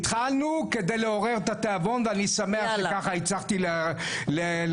התחלנו כדי לעורר את התיאבון ואני שמח שככה הצלחתי להרים,